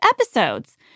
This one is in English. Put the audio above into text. episodes